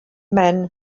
men